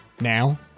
now